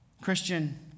Christian